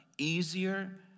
Easier